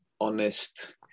honest